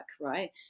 right